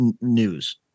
news